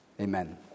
amen